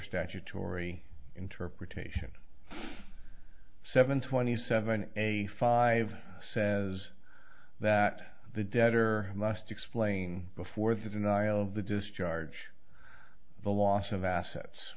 statutory interpretation seven twenty seven a five says that the debtor must explain before the denial of the discharge the loss of assets